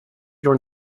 your